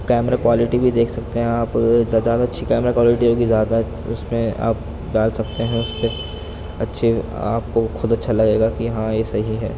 camera quality بھی دیکھ سکتے ہیں آپ زیادہ اچھی کیمرہ کوائلٹی ہوگی زیادہ اس میں آپ ڈال سکتے ہیں اس کو اچھی آپ خود اچّھا لگے گا کہ ہاں یہ صحیح ہے